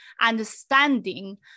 understanding